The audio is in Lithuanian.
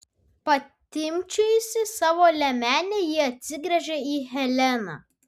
patimpčiojusi savo liemenę ji atsigręžia į heleną